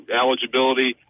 eligibility